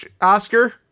Oscar